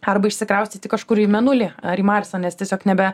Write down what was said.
arba išsikraustyti kažkur į mėnulį ar į marsą nes tiesiog nebe